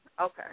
Okay